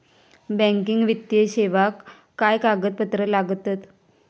Banking वित्तीय सेवाक काय कागदपत्र लागतत?